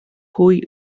pwy